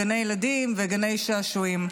גני ילדים וגני שעשועים,